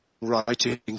writing